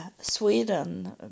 Sweden